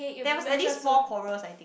there was at least four quarrels I think